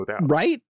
Right